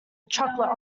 chocolate